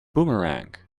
boomerang